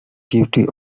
duty